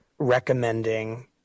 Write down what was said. recommending